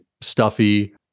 stuffy